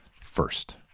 First